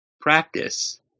practice